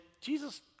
Jesus